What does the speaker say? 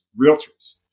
realtors